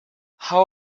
how